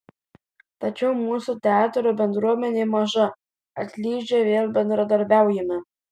tačiau mūsų teatro bendruomenė maža atlyžę vėl bendradarbiaujame